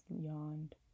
yawned